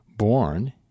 Born